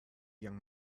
young